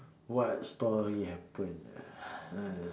what story happened ah